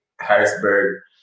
Harrisburg